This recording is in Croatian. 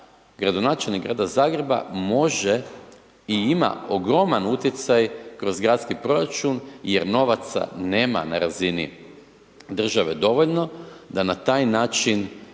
gradonačelnik Grada Zagreba može i ima ogroman utjecaj kroz gradski proračun jer novaca nema na razini države dovoljno da na taj način